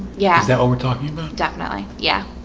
yeah, is that what we're talking about? definitely? yeah,